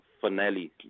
finale